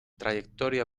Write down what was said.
trayectoria